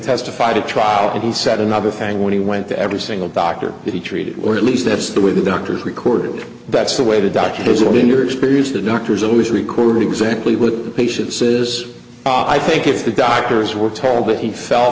testified at trial and he said another thing when he went to every single doctor that he treated or at least that's the way the doctors recorded that's the way the doctors will be in your experience the doctors always recorded exactly what the patient says i think if the doctors were told that he fell